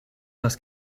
les